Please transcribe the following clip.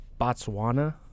Botswana